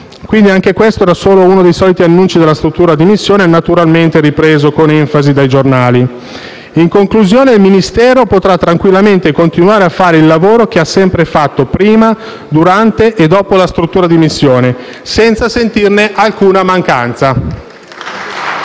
miliardi. Anche questo era uno dei soliti annunci della struttura di missione, naturalmente ripreso con enfasi dai giornali. In conclusione, il Ministero potrà tranquillamente continuare a fare il lavoro che ha sempre fatto prima, durante e dopo la struttura di missione, senza sentirne alcuna mancanza.